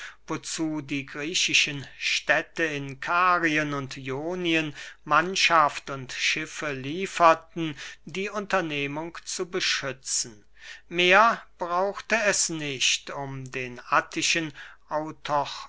wozu die griechischen städte in karien und ionien mannschaft und schiffe lieferten die unternehmung zu beschützen mehr brauchte es nicht um den attischen